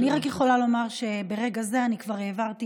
אני רק יכולה לומר שברגע זה אני כבר העברתי